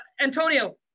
Antonio